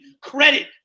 credit